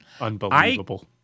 Unbelievable